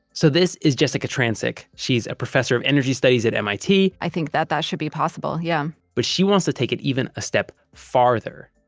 so this is jessika trancik. she's a professor of energy studies at mit i think that that should be possible. yeah. but she wants to take it even a step farther.